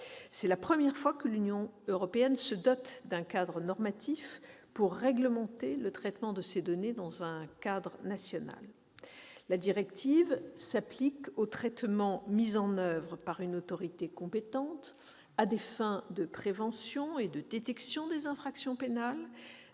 C'est la première fois que l'Union européenne se dote d'un cadre normatif pour réglementer le traitement de ces données dans un cadre national. La directive s'applique aux traitements mis en oeuvre par une autorité compétente à des fins de prévention et de détection des infractions pénales,